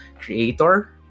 creator